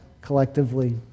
collectively